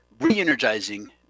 re-energizing